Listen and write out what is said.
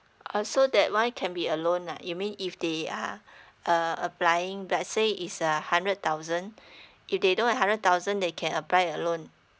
oh so that one can be a loan ah you mean if they are uh applying let's say it's a hundred thousand if they don't have hundred thousand they can apply a loan